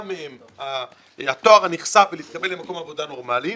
מהם התואר הנכסף ולהתקבל למקום עבודה נורמלי.